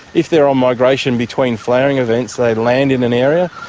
if they are on migration between flowering events, they land in an area,